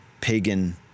pagan